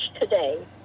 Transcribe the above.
today